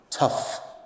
tough